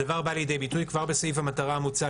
הדבר בא לידי ביטוי כבר בסעיף המטרה המוצע,